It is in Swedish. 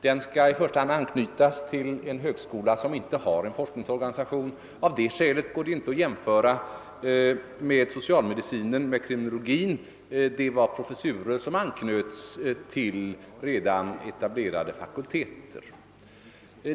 Den skall i första hand knytas till en högskola som inte har någon forskningsorganisation. Av det skälet går det inte att jämföra med socialmedicinen och kriminologin, eftersom det i fråga om dem gällde professurer som anknöts till redan etablerade fakulteter.